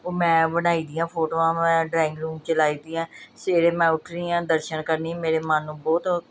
ਉਹ ਮੈਂ ਬਣਾਈ ਦੀਆਂ ਫੋਟੋਆਂ ਮੈਂ ਡਰਾਇੰਗ ਰੂਮ ਲਾਈ ਵੀਆਂ ਸਵੇਰੇ ਮੈਂ ਉੱਠਦੀ ਆਂ ਦਰਸ਼ਨ ਕਰਨੀ ਮੇਰੇ ਮਨ ਨੂੰ ਬਹੁਤ